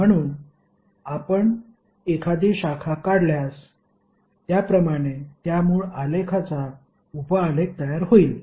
म्हणून आपण एखादी शाखा काढल्यास त्याप्रमाणे त्या मूळ आलेखचा उप आलेख तयार होईल